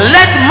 Let